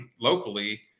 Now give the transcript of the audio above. locally